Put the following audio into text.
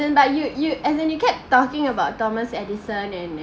and but you you as and you can talking about thomas edison and